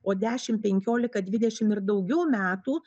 o dešimt penkiolika dvidešimt ir daugiau metų